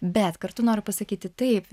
bet kartu noriu pasakyti taip